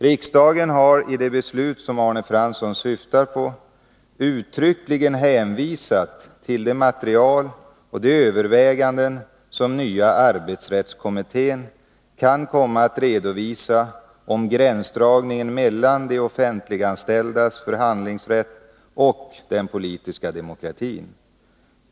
Riksdagen har i det beslut som Arne Fransson syftar på uttryckligen hänvisat till det material och de överväganden som nya arbetsrättskommittén kan komma att redovisa om gränsdragningen mellan de offentliganställdas förhandlingsrätt och den politiska demokratin.